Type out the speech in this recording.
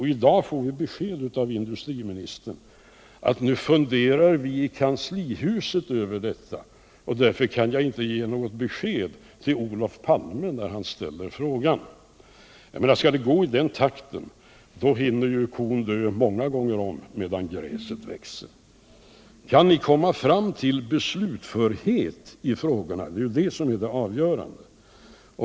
I dag får vi besked av industriministern att ”nu funderar vi i kanslihuset över detta”, och därför kan man inte ge något besked till Olof Palme när han ställer frågan. Skall det gå i den takten, hinner kon dö många gånger om. medan gräset växer. Kan ni komma fram till beslutförhet i frågorna? Det är det som är det avgörande.